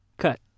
Cut